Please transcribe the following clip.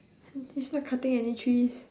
h~ he's not cutting any trees